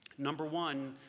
number one,